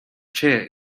chair